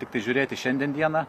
tiktai žiūrėt į šiandien dieną